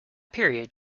period